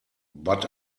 but